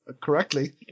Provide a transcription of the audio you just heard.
correctly